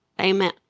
Amen